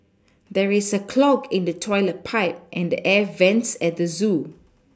there is a clog in the toilet pipe and the air vents at the zoo